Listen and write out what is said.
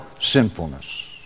sinfulness